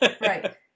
right